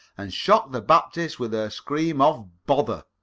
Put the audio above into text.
and shocked the baptist with her scream of bother!